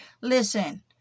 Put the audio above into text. Listen